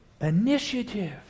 Initiative